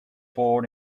born